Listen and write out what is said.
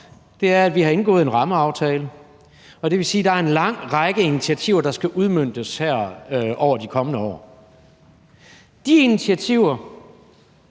om, er, at vi har indgået en rammeaftale, og det vil sige, at der er en lang række initiativer, der skal udmøntes over de kommende år. De initiativer